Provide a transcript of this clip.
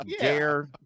Dare